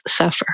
suffer